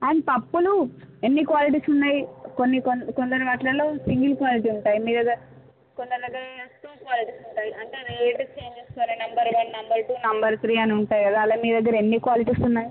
అవును పప్పులు ఎన్ని క్వాలిటీస్ ఉన్నాయి కొన్ని కొన కొందరి వాట్లల్లో సింగిల్ క్వాలిటీ ఉంటాయి మీ దగ్గర కొందరి దగ్గర టూ క్వాలిటీస్ ఉంటాయి అంటే రేటు చేంజెస్ సరే number one number two number three అని ఉంటాయి కదా అలా మీ దగ్గర ఎన్ని క్వాలిటీస్ ఉన్నాయి